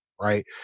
Right